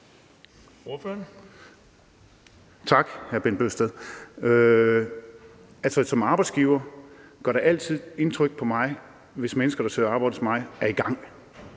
Som arbejdsgiver gør det altid indtryk på mig, hvis mennesker, der søger arbejde hos mig, er i gang